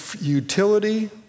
utility